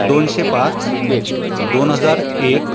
दोनशे पाच दोन हजार एक